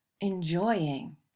enjoying